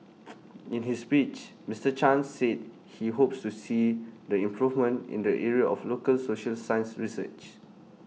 in his speech Mister chan said he hopes to see the improvements in the area of local social science research